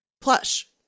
Plush